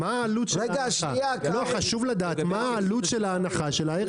-- מה עלות ההנחה של הערך